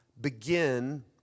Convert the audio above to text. begin